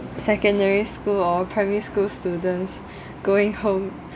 secondary school or primary school students going home